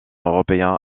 européen